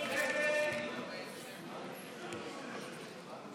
(126) של קבוצת סיעת הרשימה המשותפת וקבוצת